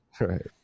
Right